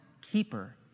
keeper